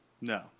No